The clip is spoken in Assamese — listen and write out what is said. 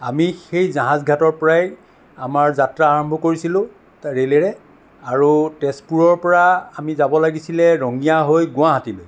আমি সেই জাহাজঘাটৰ পৰাই আমাৰ যাত্ৰা আৰম্ভ কৰিছিলোঁ ৰেলেৰে আৰু তেজপুৰৰ পৰা আমি যাব লাগিছিল ৰঙিয়া হৈ গুৱাহাটীলৈ